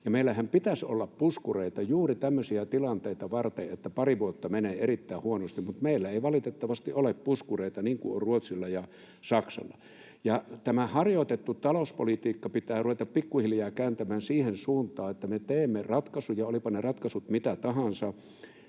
meillähän pitäisi olla puskureita juuri tämmöisiä tilanteita varten, että pari vuotta menee erittäin huonosti. Mutta meillä ei valitettavasti ole puskureita, niin kuin on Ruotsilla ja Saksalla. Tätä harjoitettua talouspolitiikkaa pitää ruveta pikku hiljaa kääntämään siihen suuntaan, että me teemme ratkaisuja — olivatpa ne ratkaisut mitä tahansa